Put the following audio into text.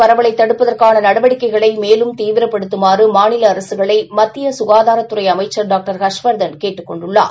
பரவலைதடுப்பதற்கானநடவடிக்கைகளைமேலும் தீவிரப்படுத்துமாறுமாநிலஅரசுகளைமத்தியசுகாதாரத்துறைஅமைச்சா் டாக்டர் ஹர்ஷவர்தன் கேட்டுக் கொண்டுள்ளார்